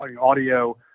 audio